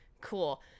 Cool